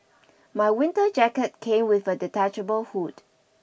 my winter jacket came with a detachable hood